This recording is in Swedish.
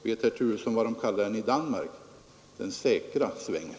Vet herr Turesson vad man kallar den i Danmark? ”Den säkra svängen.”